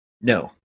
No